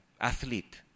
athlete